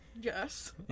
Yes